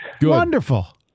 Wonderful